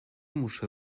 muszę